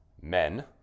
men